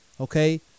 okay